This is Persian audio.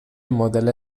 مدل